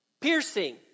Piercing